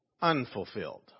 unfulfilled